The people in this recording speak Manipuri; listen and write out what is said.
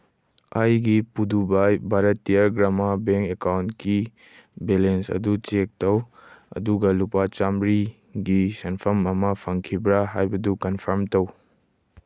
ꯑꯩꯒꯤ ꯄꯨꯗꯨꯚꯥꯏ ꯚꯥꯔꯠꯇꯤꯌꯥ ꯒ꯭ꯔꯥꯃ ꯕꯦꯡ ꯑꯦꯀꯥꯎꯟꯒꯤ ꯕꯦꯂꯦꯟꯁ ꯑꯗꯨ ꯆꯦꯛ ꯇꯧ ꯑꯗꯨꯒ ꯂꯨꯄꯥ ꯆꯥꯝꯃ꯭ꯔꯤꯒꯤ ꯁꯦꯟꯐꯝ ꯑꯃ ꯐꯪꯈꯤꯕ꯭ꯔꯥ ꯍꯥꯏꯕꯗꯨ ꯀꯟꯐꯥꯝ ꯇꯧ